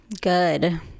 Good